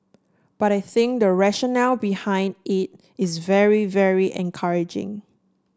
but I think the rationale behind it is very very encouraging